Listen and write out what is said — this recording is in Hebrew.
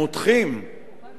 את האיסורים האלה